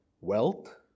wealth